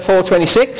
4.26